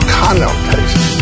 connotation